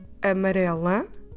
AMARELA